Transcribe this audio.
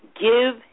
Give